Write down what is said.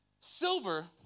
silver